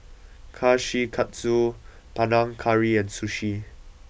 Kushikatsu Panang Curry and Sushi